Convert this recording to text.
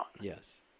Yes